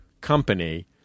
company